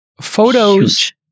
photos